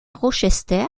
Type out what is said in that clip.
rochester